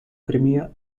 crimea